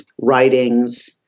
writings